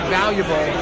valuable